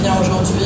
aujourd'hui